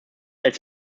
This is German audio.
als